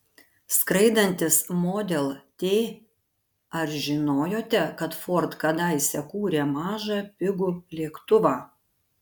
skraidantis model t ar žinojote kad ford kadaise kūrė mažą pigų lėktuvą